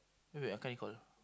wait wait I can't recall